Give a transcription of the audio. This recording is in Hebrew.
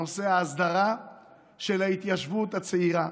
נושא ההסדרה של ההתיישבות הצעירה.